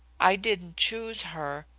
i didn't choose her.